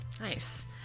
Nice